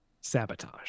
sabotage